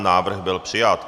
Návrh byl přijat.